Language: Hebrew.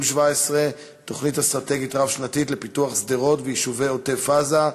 תוכנית אסטרטגית רב-שנתית לפיתוח שדרות ויישובי עוטף-עזה,